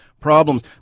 problems